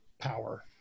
power